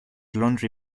laundry